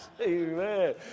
Amen